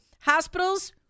hospitals